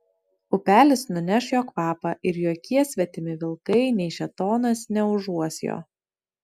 upelis nuneš jo kvapą ir jokie svetimi vilkai nei šėtonas neužuos jo